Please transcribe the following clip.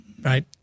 right